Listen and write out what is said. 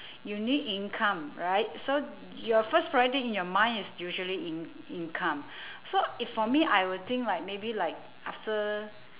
you need income right so your first priority in your mind is usually in~ income so if for me I would think like maybe like after